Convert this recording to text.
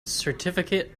certificate